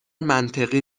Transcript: منطقی